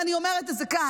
אני אומרת את זה כאן.